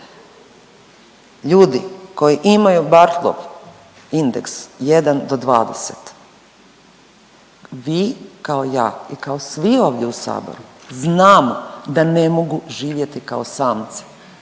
ljudi koji imaju Barthelov indeks 1 do 20 vi kao ja i kao svi ovdje u Saboru znamo da ne mogu živjeti kao samci.